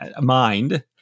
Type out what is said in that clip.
mind